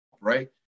right